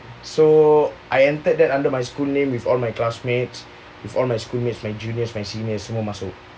so I entered that under my school name with all my classmates with all my schoolmates my juniors and seniors semua masuk